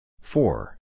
Four